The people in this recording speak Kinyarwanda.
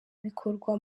bikorwa